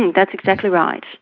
and that's exactly right.